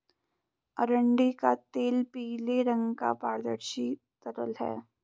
अरंडी का तेल पीले रंग का पारदर्शी तरल है